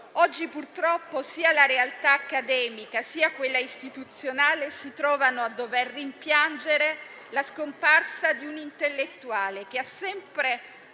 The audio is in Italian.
Oggi purtroppo, sia la realtà accademica, sia quella istituzionale si trovano a dover rimpiangere la scomparsa di un intellettuale che ha sempre